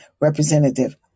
representative